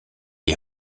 est